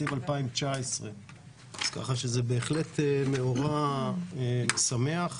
תקציב 2019. כך שזה בהחלט מאורע משמח.